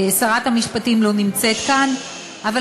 שרת המשפטים לא נמצאת כאן, ששש.